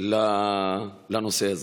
של הנושא הזה.